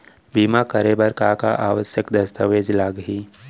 बीमा करे बर का का आवश्यक दस्तावेज लागही